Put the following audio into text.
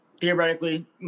theoretically